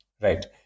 right